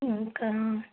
ఇంకా